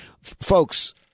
folks